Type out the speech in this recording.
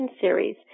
series